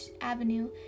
Avenue